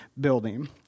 building